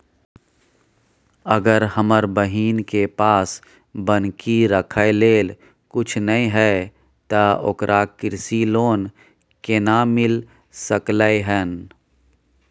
अगर हमर बहिन के पास बन्हकी रखय लेल कुछ नय हय त ओकरा कृषि ऋण केना मिल सकलय हन?